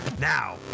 Now